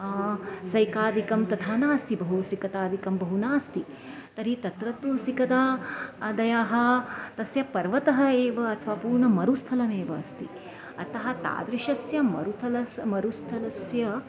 सैकादिकं तथा नास्ति बहु सिकतादिकं बहु नास्ति तर्हि तत्र तु सिकदा दयाः तस्य पर्वतः एव अथवा पूर्णमरुस्थलमेव अस्ति अतः तादृशस्य मरुस्थलं मरुस्थलस्य